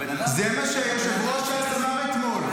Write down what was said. הבן אדם --- זה מה שיושב-ראש ש"ס אמר אתמול.